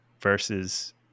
versus